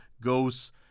goes